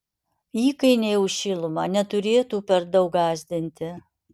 įkainiai už šilumą neturėtų per daug gąsdinti